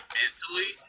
mentally